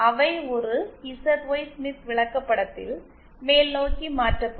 அவை ஒரு ZY Smith விளக்கப்படத்தில் மேல்நோக்கி மாற்றப்படும்